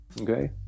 okay